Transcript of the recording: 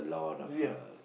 ya